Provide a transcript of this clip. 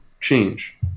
change